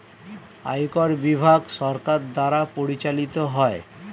আয়কর বিভাগ সরকার দ্বারা পরিচালিত হয়